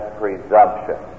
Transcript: presumption